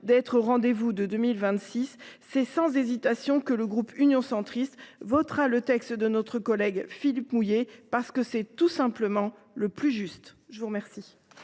d’être au rendez vous de 2026, c’est sans hésitation que le groupe Union Centriste votera le texte de notre collègue Philippe Mouiller, qui est tout simplement le plus juste. La parole